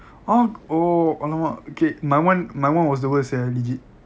oh oh okay my [one] my [one] was the worst sia legit